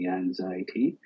anxiety